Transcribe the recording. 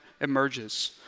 emerges